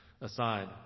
aside